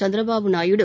Chandrababu Naidu